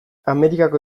amerikako